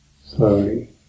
slowly